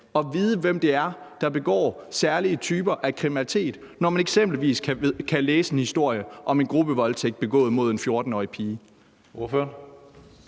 at vide, hvem det er, der begår særlige typer af kriminalitet, når man eksempelvis kan læse en historie om en gruppevoldtægt begået mod en 14-årig pige.